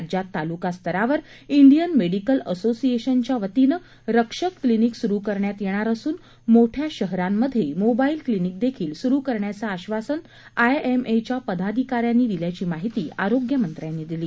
राज्यात तालुकास्तरावर Indian medical असोशिएशनच्या वतीनं रक्षक क्लिनिक सुरू करण्यात येणार असून मोठ्या शहरांमध्ये मोबाईल क्लिनिक देखील सुरू करण्याचं आश्वासन आयएमएच्या पदाधिकाऱ्यांनी दिल्याची माहिती आरोग्यमंत्र्यांनी दिली